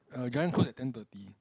uh Giant close at ten thirty